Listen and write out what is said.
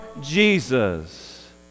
Jesus